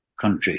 country